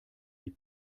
die